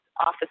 office